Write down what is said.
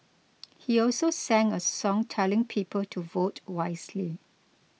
he also sang a song telling people to vote wisely